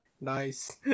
Nice